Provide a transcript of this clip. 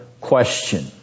question